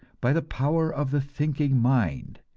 by the power of the thinking mind,